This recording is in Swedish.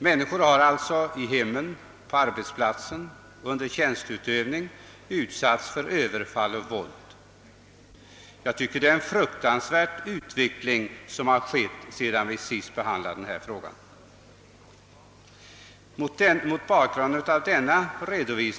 Människor har i hemmen, på arbetsplatsen och under tjänsteutövningen utsatts för överfall och våld. Jag tycker att det är en fruktansvärd utveckling som har pågått sedan vi senast behandlade rättssäkerheten här i riksdagen, trots att det inte är mer än fem månader sedan dess.